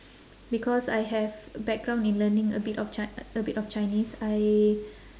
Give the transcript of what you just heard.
because I have background in learning a bit of ch~ a bit of chinese I